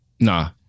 Nah